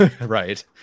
right